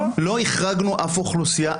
לא החרגנו אף אוכלוסייה.